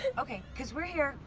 okay, cause we're here,